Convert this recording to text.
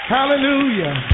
Hallelujah